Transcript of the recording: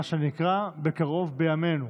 מה שנקרא: בקרוב בימינו.